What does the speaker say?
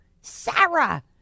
Sarah